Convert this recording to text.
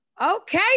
Okay